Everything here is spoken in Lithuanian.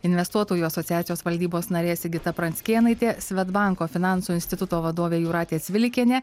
investuotojų asociacijos valdybos narė sigita pranckėnaitė svedbanko finansų instituto vadovė jūratė cvilikienė